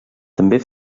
també